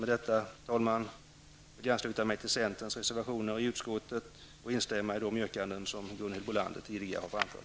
Med detta vill jag ansluta mig till centerns reservationer i utskottet och instämma i de yrkanden som Gunhild Bolander tidigare har framfört.